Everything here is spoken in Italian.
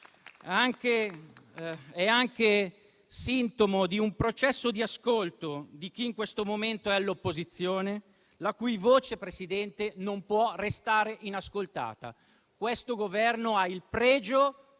È anche sintomo di un processo di ascolto di chi in questo momento è all'opposizione, la cui voce, Presidente, non può restare inascoltata. Questo Governo ha il pregio,